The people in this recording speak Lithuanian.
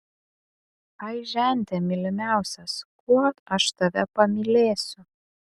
ai žente mylimiausias kuo aš tave pamylėsiu